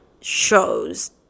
shows